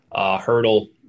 Hurdle